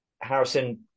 Harrison